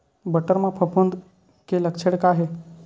बटर म फफूंद के लक्षण का हे?